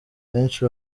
benshi